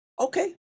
Okay